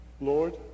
Lord